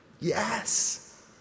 Yes